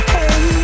Hey